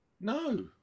No